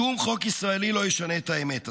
שום חוק ישראלי לא ישנה את האמת הזאת,